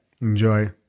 Enjoy